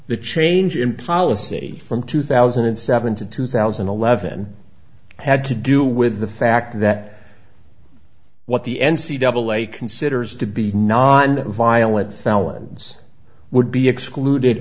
the change in policy from two thousand and seven to two thousand and eleven had to do with the fact that what the n c double lake considers to be non violent felons would be excluded